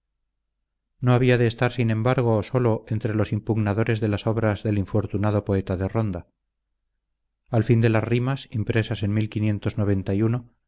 no había de estar sin embargo solo entre los impugnadores de las obras del infortunado poeta de ronda al fin de las rimas impresas en espinel que presumía de